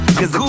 Cause